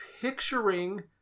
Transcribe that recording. picturing